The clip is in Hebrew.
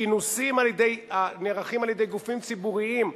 כינוסים הנערכים על-ידי גופים ציבוריים,